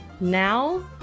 Now